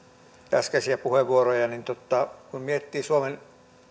äskeisiä puheenvuoroja kun miettii suomen